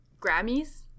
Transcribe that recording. Grammys